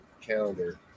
calendar